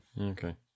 Okay